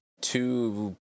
two